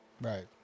Right